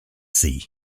sea